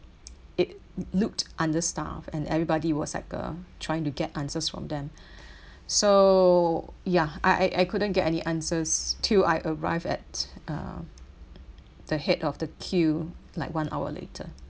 it looked understaffed and everybody was like uh trying to get answers from them so ya I I I couldn't get any answers till I arrive at uh the head of the queue like one hour later